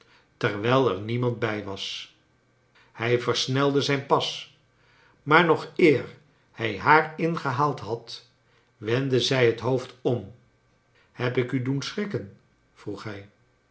terwijl er niemand bij was hij versnelde zijn pas maar nog eer hij haar ingehaald bad wendde zij bet boofd om heb ik je doen schrikken vroeg hij